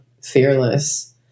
Fearless